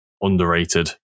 underrated